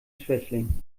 schwächling